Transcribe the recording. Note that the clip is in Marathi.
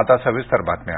अटल रॅंकिंग